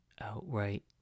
outright